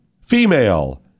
female